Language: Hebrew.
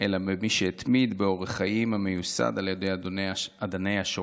אלא במי שהתמיד באורח חיים המיוסד על אדני שוחד.